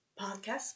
podcast